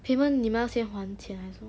payment 你们要先还钱还是什么